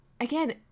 again